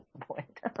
point